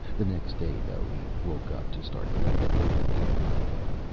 the next day, though, he woke up to start moaning and writhing again.